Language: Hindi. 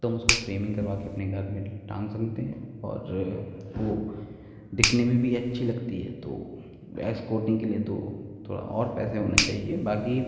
तो हम उसको फ़्रेमिंग करवा के अपने घर में टांग सकते हैं और वो दिखने में भी अच्छी लगती है तो वैक्स कोटिंग के लिए तो थोड़ा और पैसे होने चाहिए बाकी